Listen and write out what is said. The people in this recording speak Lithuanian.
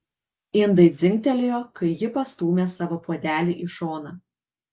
indai dzingtelėjo kai ji pastūmė savo puodelį į šoną